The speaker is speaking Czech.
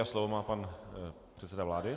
Slovo má pan předseda vlády.